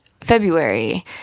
February